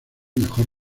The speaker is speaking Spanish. mejor